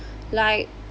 like